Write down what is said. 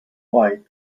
white